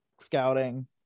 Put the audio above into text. scouting